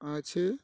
আছে